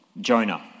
Jonah